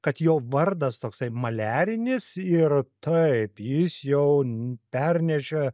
kad jo vardas toksai maliarinis ir taip jis jau n pernešė